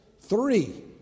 Three